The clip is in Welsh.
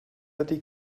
ydy